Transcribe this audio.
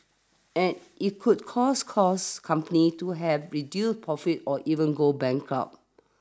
and it could cause cause companies to have reduced profits or even go bankrupt